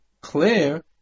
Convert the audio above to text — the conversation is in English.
clear